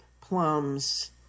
plums